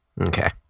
Okay